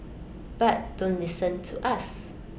but don't listen to us